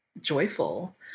joyful